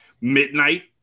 midnight